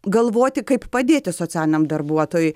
galvoti kaip padėti socialiniam darbuotojui